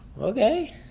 Okay